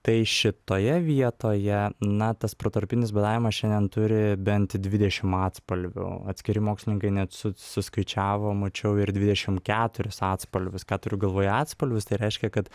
tai šitoje vietoje na tas protarpinis badavimas šiandien turi bent dvidešim atspalvių atskiri mokslininkai net su suskaičiavo mačiau ir dvidešim keturis atspalvius ką turiu galvoje atspalvis tai reiškia kad